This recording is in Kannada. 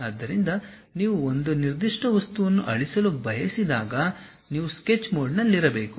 ಆದ್ದರಿಂದ ನೀವು ಒಂದು ನಿರ್ದಿಷ್ಟ ವಸ್ತುವನ್ನು ಅಳಿಸಲು ಬಯಸಿದಾಗ ನೀವು ಸ್ಕೆಚ್ ಮೋಡ್ನಲ್ಲಿರಬೇಕು